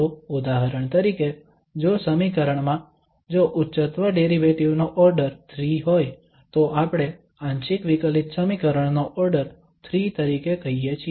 તો ઉદાહરણ તરીકે જો સમીકરણમાં જો ઉચ્ચત્વ ડેરિવેટિવ નો ઓર્ડર 3 હોય તો આપણે આંશિક વિકલિત સમીકરણ નો ઓર્ડર 3 તરીકે કહીએ છીએ